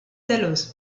dalloz